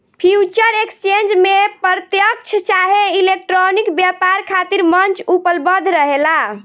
future exchange में प्रत्यकछ चाहे इलेक्ट्रॉनिक व्यापार खातिर मंच उपलब्ध रहेला